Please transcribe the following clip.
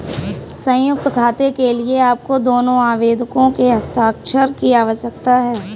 संयुक्त खाते के लिए आपको दोनों आवेदकों के हस्ताक्षर की आवश्यकता है